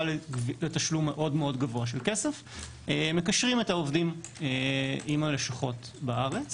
לתשלום מאוד-מאוד גבוה של כסף מקשרים את העובדים עם הלשכות בארץ